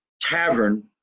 Tavern